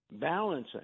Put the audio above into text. balancing